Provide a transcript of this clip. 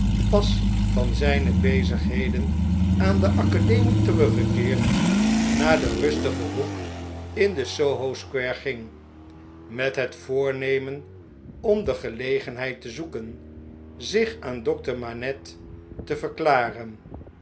pas van zijne bezigheden aan de academie teruggekeerd naar den rustigen hoek in de s o ho s quare ging met het voornemen om de gelegenheid te zoeken zich aan dokter manette te verklaren